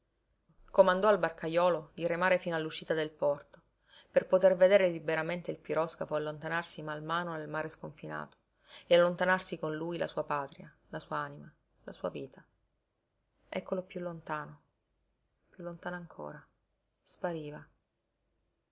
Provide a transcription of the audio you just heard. fine comandò al barcajolo di remare fino all'uscita del porto per poter vedere liberamente il piroscafo allontanarsi man mano nel mare sconfinato e allontanarsi con lui la sua patria la sua anima la sua vita eccolo piú lontano piú lontano ancora spariva